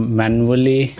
manually